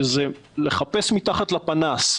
שזה לחפש מתחת לפנס,